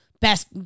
Best